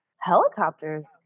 helicopters